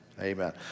Amen